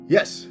Yes